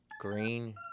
green